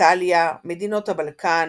איטליה מדינות הבלקן,